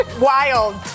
wild